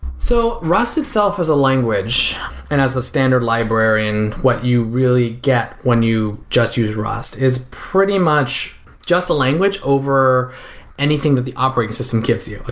so rust itself is a language and as the standard librarian, what you really get when you just use rust is pretty much just a language over anything that the operating system gives you.